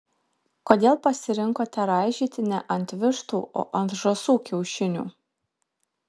kodėl pasirinkote raižyti ne ant vištų o ant žąsų kiaušinių